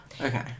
Okay